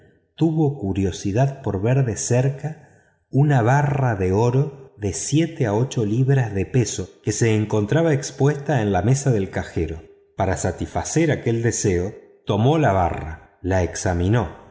tuvo curiosidad por ver de cerca una barra de oro de siete a ocho libras de peso que se encontraba expuesta en la mesa del cajero para satisfacer aquel deseo tomó la barra la examinó